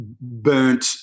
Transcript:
burnt